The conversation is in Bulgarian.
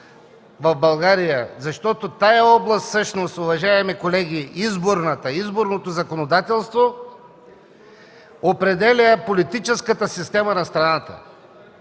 в България. Тази област всъщност, уважаеми колеги – изборното законодателство, определя политическата система на страната.